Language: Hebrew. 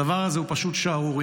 הדבר הזה הוא פשוט שערורייה,